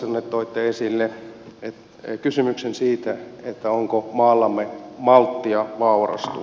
omassa puheessanne toitte esille kysymyksen siitä onko maallamme malttia vaurastua